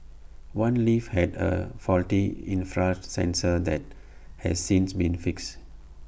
one lift had A faulty infrared sensor that has since been fixed